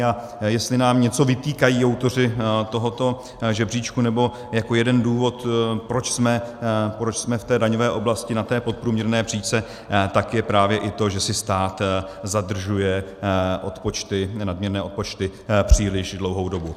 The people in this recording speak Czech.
A jestli nám něco vytýkají autoři tohoto žebříčku, nebo jako jeden důvod, proč jsme v daňové oblasti na té podprůměrné příčce, je právě i to, že si stát zadržuje odpočty, nadměrné odpočty příliš dlouhou dobu.